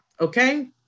okay